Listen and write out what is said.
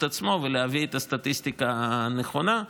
עצמו ולהביא את הסטטיסטיקה הנכונה?